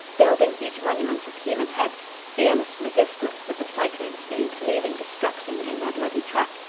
building huge monuments of human heads fearless resistless, with the cyclone's speed leaving destruction in their bloody track,